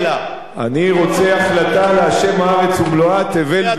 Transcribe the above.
אני רוצה החלטה "לה' הארץ ומלואה, תבל וישבי בה".